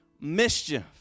mischief